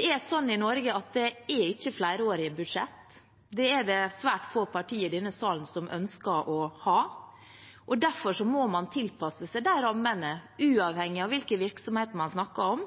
ikke flerårige budsjetter – det er det svært få partier i denne salen som ønsker å ha. Derfor må man tilpasse rammene, uavhengig av hvilken virksomhet man snakker om,